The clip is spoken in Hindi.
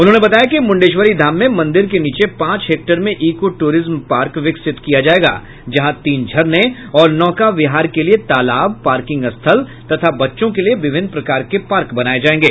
उन्होंने बताया कि मुण्डेश्वरी धाम में मंदिर के नीचे पांच हेक्टेयर में इको ट्ररिज्म पार्क विकसित किया जायेगा जहां तीन झरने और नौका बिहार के लिए तालाब पार्किंग स्थल तथा बच्चों के लिए विभिन्न प्रकार के पार्क बनाए जायेंगे